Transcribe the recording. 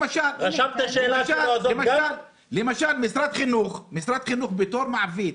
למשל משרד החינוך בתור מעביד,